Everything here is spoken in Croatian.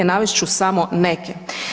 Navest ću samo neke.